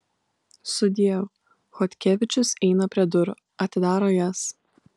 sudieu chodkevičius eina prie durų atidaro jas